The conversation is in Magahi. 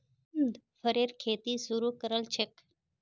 मुकुन्द फरेर खेती शुरू करल छेक